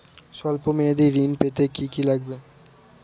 সল্প মেয়াদী ঋণ পেতে কি কি লাগবে?